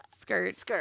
skirt